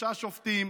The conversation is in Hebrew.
שלושה שופטים